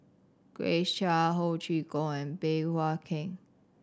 Grace Chia Ho Chee Kong and Bey Hua Heng